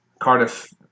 Cardiff